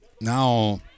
Now